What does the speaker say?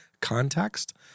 context